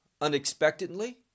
unexpectedly